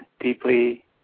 deeply